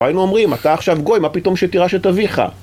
היינו אומרים, אתה עכשיו גוי, מה פתאום שתירש את אביך?